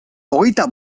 hogeita